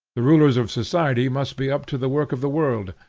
the rulers of society must be up to the work of the world,